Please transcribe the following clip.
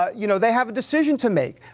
you know, they have a decision to make.